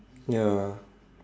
ya